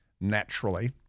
naturally